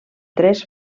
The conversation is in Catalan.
tres